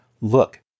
Look